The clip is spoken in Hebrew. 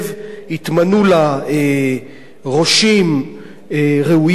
התמנו לה ראשים ראויים מאוד,